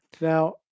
Now